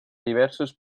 diversos